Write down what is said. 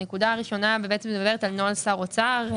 הנקודה הראשונה מדברת על נוהל שר אוצר.